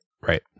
Right